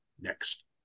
next